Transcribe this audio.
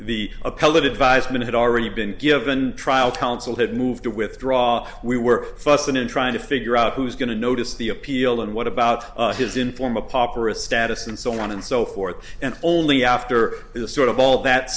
appellate advisement had already been given trial counsel had moved to withdraw we were fussing and trying to figure out who's going to notice the appeal and what about his in form a pop or a status and so on and so forth and only after it was sort of all that